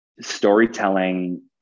storytelling